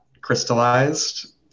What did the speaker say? crystallized